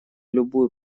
любую